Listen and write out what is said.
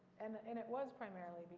and and it was primarily.